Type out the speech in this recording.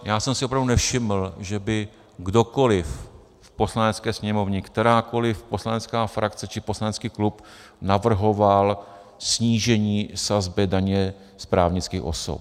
Já jsem si opravdu nevšiml, že by kdokoliv v Poslanecké sněmovně, kterákoliv poslanecká frakce či poslanecký klub, navrhoval snížení sazby daně z právnických osob.